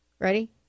Ready